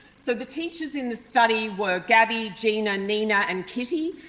so, the teachers in the study were gabby, gina, nina and kitty.